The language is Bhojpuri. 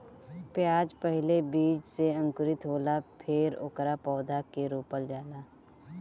प्याज पहिले बीज से अंकुरित होला फेर ओकरा पौधा के रोपल जाला